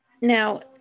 now